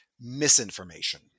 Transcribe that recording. misinformation